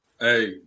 Hey